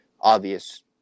obvious